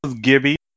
Gibby